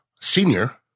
senior